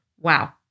wow